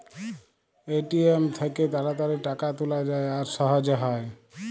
ATM থ্যাইকে তাড়াতাড়ি টাকা তুলা যায় আর সহজে হ্যয়